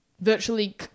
virtually